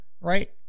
right